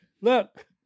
Look